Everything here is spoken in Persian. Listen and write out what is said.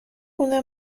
خونه